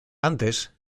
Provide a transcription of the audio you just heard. antes